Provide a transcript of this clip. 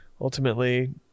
ultimately